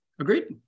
Agreed